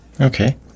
Okay